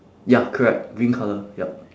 ya correct green colour yup